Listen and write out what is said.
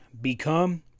become